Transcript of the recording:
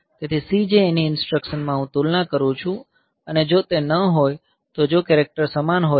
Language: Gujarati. તેથી CJNE ઇન્સ્ટ્રકશનમાં હું તુલના કરું છું અને જો તે ન હોય તો જો કેરેક્ટર સમાન હોય